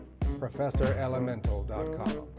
ProfessorElemental.com